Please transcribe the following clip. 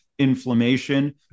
inflammation